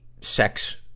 sex